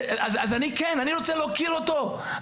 אז אני רוצה להוקיר אותו.